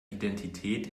identität